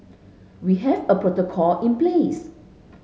we have a protocol in place